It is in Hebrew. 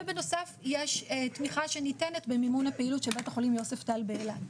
ובנוסף יש תמיכה שניתנת במימון הפעילות של בית החולים יוספטל באילת.